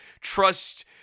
trust